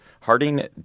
Harding